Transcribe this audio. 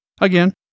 Again